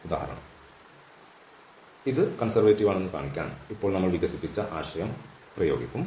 അതിനാൽ ഇത് കൺസെർവേറ്റീവ് ആണെന്ന് കാണിക്കാൻ ഇപ്പോൾ വികസിപ്പിച്ച ആശയം നമ്മൾ പ്രയോഗിക്കും